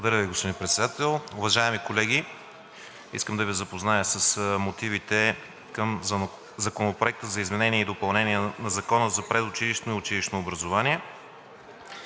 Благодаря Ви, господин Председател. Уважаеми колеги, искам да Ви запозная с мотивите към Законопроекта за изменение и допълнение на Закона за предучилищното и училищното образование.